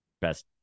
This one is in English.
best